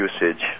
Usage